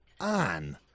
on